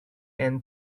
and